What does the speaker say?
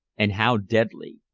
and how deadly.